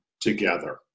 together